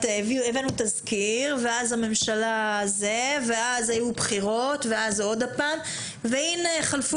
הבאנו תזכיר ואז הממשלה זה ואז היו בחירות ואז עוד הפעם והנה חלפו